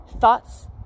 thoughts